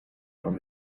from